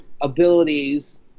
abilities